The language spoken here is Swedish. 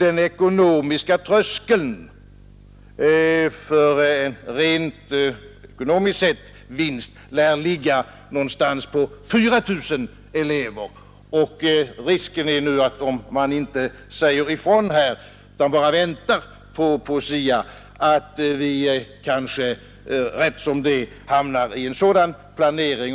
Den ekonomiska tröskeln för vinst — rent ekonomiskt sett, sålunda — lär ligga någonstans vid 4 000 elever. Risken är nu, om man inte säger ifrån utan bara väntar på SIA-utredningen, att man rätt som det är också hamnar i sådan planering,